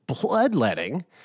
bloodletting